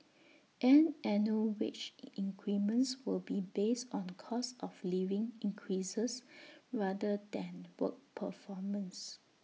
and annual wage increments will be based on cost of living increases rather than work performance